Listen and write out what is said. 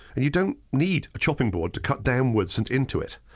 and you don't need a chopping board to cut downwards and into it.